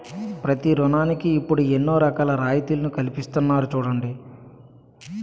ప్రతి ఋణానికి ఇప్పుడు ఎన్నో రకాల రాయితీలను కల్పిస్తున్నారు చూడండి